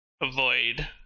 avoid